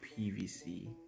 PVC